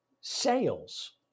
sales